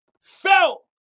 felt